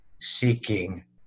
seeking